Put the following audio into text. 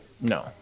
No